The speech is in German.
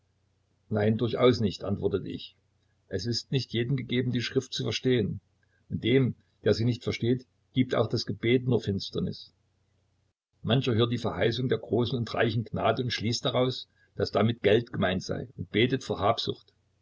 nein durchaus nicht antwortete ich es ist nicht jedem gegeben die schrift zu verstehen und dem der sie nicht versteht gibt auch das gebet nur finsternis mancher hört die verheißung der großen und reichen gnade und schließt daraus daß damit geld gemeint sei und betet voller habsucht